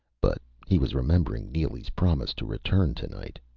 but he was remembering neely's promise to return tonight.